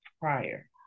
prior